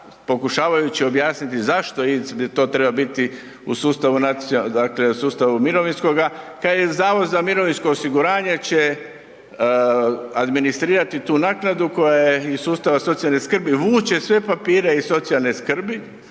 pokušavajući objasniti zašto to treba biti u sustavu nacionalnoga, dakle sustavu mirovinskoga kad HZMO će administrirati tu naknadu koja je iz sustava socijalne skrbi, vući će sve papire iz socijalne skrbi